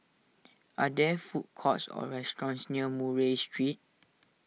are there food courts or restaurants near Murray Street